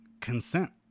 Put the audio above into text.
consent